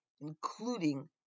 including